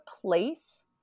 place